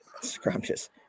scrumptious